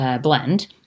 blend